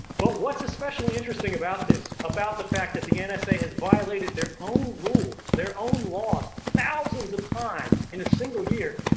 but what's especially interesting about this, about the fact that the and nsa has violated their own rules, their own laws thousands of times in a single year,